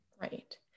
Right